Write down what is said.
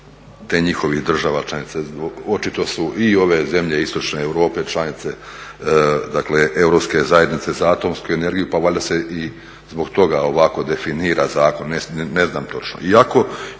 te njihovih država članica, očito su i ove zemlje istočne Europe članice Europske zajednice za atomsku energiju pa valjda se i zbog toga ovako definira zakon, ne znam točno. Iako,